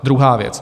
Druhá věc.